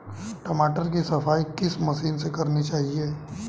टमाटर की सफाई किस मशीन से करनी चाहिए?